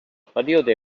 període